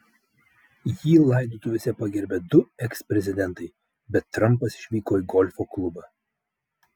jį laidotuvėse pagerbė du eksprezidentai bet trampas išvyko į golfo klubą